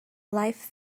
life